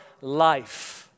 life